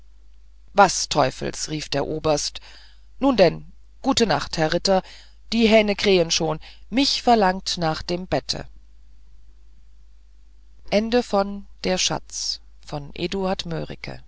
was teufels rief der oberst nun denn gut nacht herr ritter die hähne krähen schon mich verlangt nach dem bette